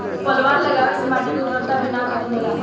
पलवार लगावे से माटी के उर्वरता भी ना खतम होला